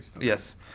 Yes